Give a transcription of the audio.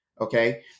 Okay